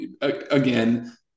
again